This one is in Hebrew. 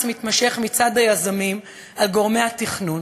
מתמשך מצד היזמים על גורמי התכנון,